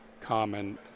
common